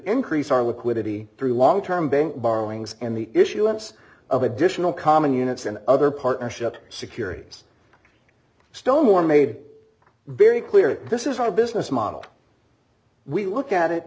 increase our liquidity through long term borrowings and the issuance of additional common units in other partnership securities stoneware made very clear this is our business model we look at it